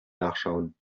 nachschauen